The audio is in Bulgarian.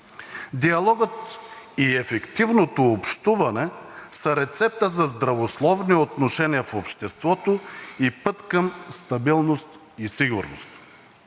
Диалогът и ефективното общуване са рецепта за здравословни отношения в обществото и път към стабилност и сигурност.